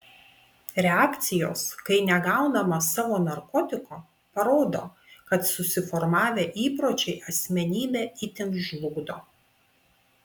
reakcijos kai negaunama savo narkotiko parodo kad susiformavę įpročiai asmenybę itin žlugdo